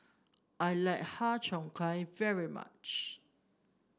I like Har Cheong Gai very much